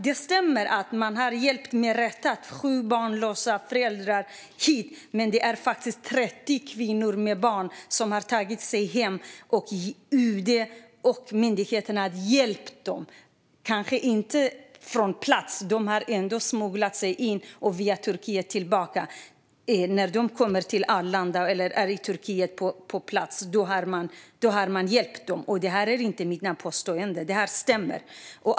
Det stämmer att man har hjälpt - med rätta - sju föräldralösa barn hit, men det är faktiskt 30 kvinnor med barn som har tagit sig hem och som UD och myndigheterna har hjälpt. De kanske inte har fått hjälp på plats, men de har ändå smugglat sig in och tagit sig tillbaka via Turkiet. När de har kommit till Arlanda eller varit på plats i Turkiet har man hjälpt dem. Det är inte bara mina påståenden, utan det stämmer.